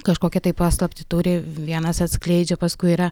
kažkokią paslaptį turi vienas atskleidžia paskui yra